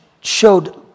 showed